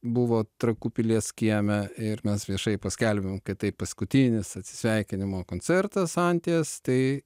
buvo trakų pilies kieme ir mes viešai paskelbėm kad tai paskutinis atsisveikinimo koncertas anties tai